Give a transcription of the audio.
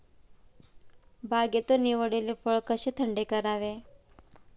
बागेतून निवडलेले फळ कसे थंड करावे?